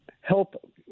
help